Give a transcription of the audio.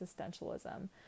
existentialism